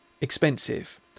expensive